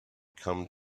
come